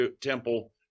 temple